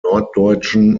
norddeutschen